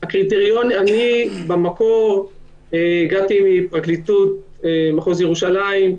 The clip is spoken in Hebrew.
אני במקור הגעתי מפרקליטות מחוז ירושלים.